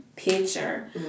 picture